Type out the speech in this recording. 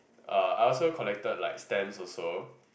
uh I also collected like stamps also